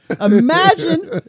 Imagine